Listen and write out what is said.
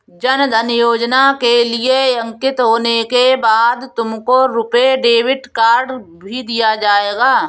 जन धन योजना के लिए अंकित होने के बाद तुमको रुपे डेबिट कार्ड भी दिया जाएगा